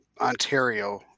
Ontario